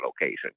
location